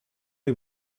lès